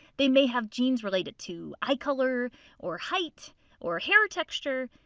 they may have genes related to eye color or height or hair texture.